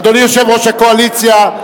אדוני יושב-ראש הקואליציה,